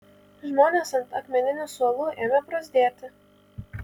žmonės ant akmeninių suolų ėmė bruzdėti